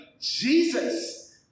Jesus